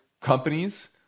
companies